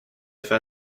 fais